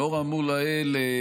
לאור האמור לעיל,